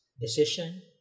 decision